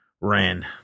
ran